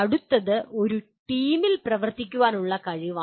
അടുത്തത് ഒരു ടീമിൽ പ്രവർത്തിക്കാനുള്ള കഴിവാണ്